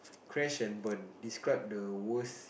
crash and burn describe the worst